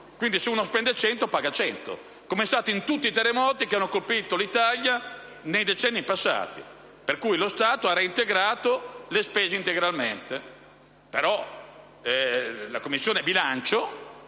quindi, a chi spende 100 dà 100, come è stato per tutti i terremoti che hanno colpito l'Italia nei decenni passati, quando lo Stato ha reintegrato le spese per intero.